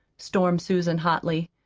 stormed susan hotly.